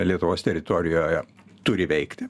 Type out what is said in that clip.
lietuvos teritorijoje turi veikti